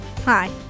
Hi